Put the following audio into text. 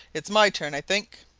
it's my turn, i think.